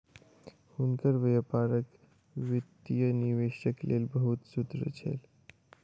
हुनकर व्यापारक वित्तीय निवेशक लेल बहुत सूत्र छल